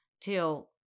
till